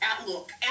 outlook